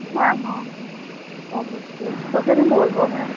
হ্যাঁ হ্যাঁ হ্যাঁ অবশ্যই তোকে আমি বলবো হ্যাঁ